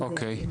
אוקי,